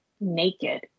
naked